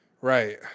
Right